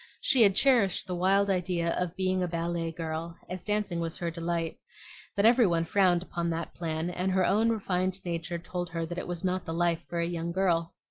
she had cherished the wild idea of being a ballet-girl, as dancing was her delight but every one frowned upon that plan, and her own refined nature told her that it was not the life for a young girl.